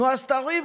נו, אז תריבו,